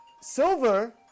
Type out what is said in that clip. silver